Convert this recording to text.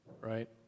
right